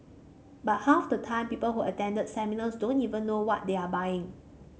but half the time people who attend the seminars don't even know what they are buying